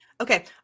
Okay